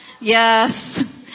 Yes